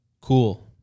cool